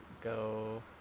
go